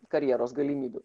karjeros galimybių